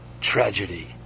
tragedy